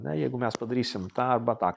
na jeigu mes padarysim tą arba tą